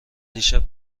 دیشب